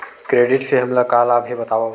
Credit से हमला का लाभ हे बतावव?